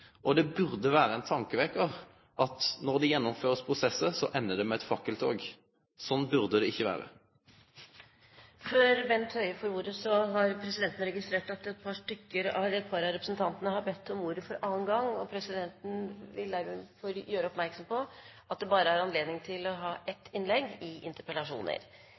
og det burde vere ein tankevekkjar når prosessar blir gjennomførde og dei endar med fakkeltog. Sånn burde det ikkje vere. Før Bent Høie får ordet: Presidenten har registrert at et par representanter har bedt om ordet for annen gang, og presidenten vil derfor gjøre oppmerksom på at det bare er anledning til å ha ett innlegg i interpellasjoner.